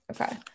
Okay